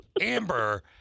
Amber